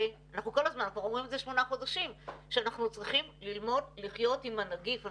כבר אומרים את זה שמונה חודשים שאנחנו צריכים ללמוד לחיות עם הנגיף.